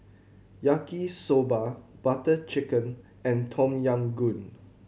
Yaki Soba Butter Chicken and Tom Yam Goong